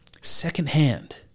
secondhand